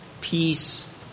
peace